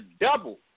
double